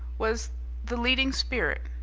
was the leading spirit.